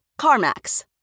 CarMax